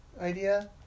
idea